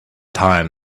time